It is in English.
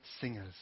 singers